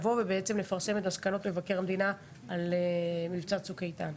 לפרסם את מסקנות מבקר המדינה על מבצע צוק איתן.